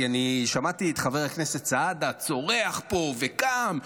כי אני שמעתי את חבר הכנסת סעדה צורח פה וקם,